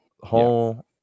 Whole